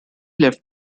left